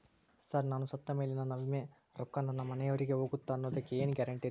Sir ನಾನು ಸತ್ತಮೇಲೆ ನನ್ನ ವಿಮೆ ರೊಕ್ಕಾ ನನ್ನ ಮನೆಯವರಿಗಿ ಹೋಗುತ್ತಾ ಅನ್ನೊದಕ್ಕೆ ಏನ್ ಗ್ಯಾರಂಟಿ ರೇ?